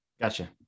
Gotcha